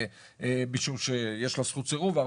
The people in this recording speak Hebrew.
משום שיש לה זכות סירוב,